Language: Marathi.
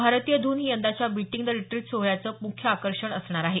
भारतीय धून ही यंदाच्या बीटिंग द रिट्रीट सोहळ्याचं मुख्य आकर्षण असणार आहे